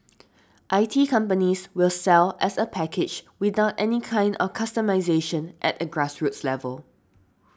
I T companies will sell as a package without any kind of customisation at a grassroots level